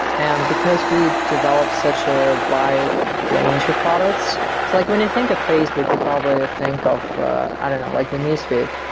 and because we develop such a wide range of products, it's like when you think of facebook, you probably think of i don't know, like the newsfeed,